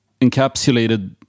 encapsulated